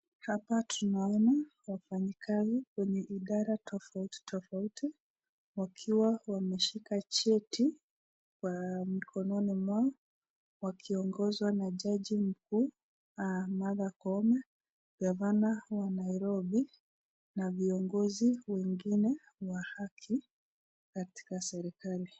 Hapa tunaona wafanyi kazi wenye idara tofauti tofauti , wakiwa wameshika cheti mikononi mwao, wakiwa wameongozwa na jaji mkuu Martha Kome, gavana wa Nairobi na viongozi wengine wa haki katika serikali.